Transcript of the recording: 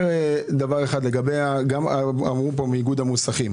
לגבי גם אמרו פה מאיגוד המוסכים